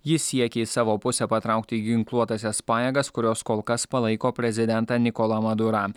jis siekė į savo pusę patraukti ginkluotąsias pajėgas kurios kol kas palaiko prezidentą nikolą madurą